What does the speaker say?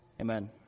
Amen